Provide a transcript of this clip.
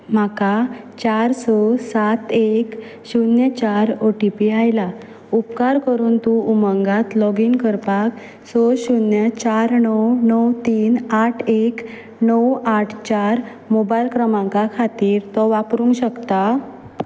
म्हाका चार स सात एक शुन्य चार ओ टी पी आयला उपकार करून तूं उमंगात लॉगीन करपाक स शुन्य चार णव णव तीन आट एक णव आट चार मोबायल क्रमांका खातीर तो वापरूंग शकता